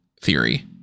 theory